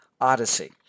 Odyssey